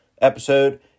episode